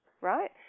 right